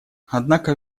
однако